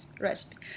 recipe